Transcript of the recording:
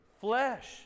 flesh